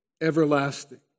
Everlasting